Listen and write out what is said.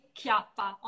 Chiappa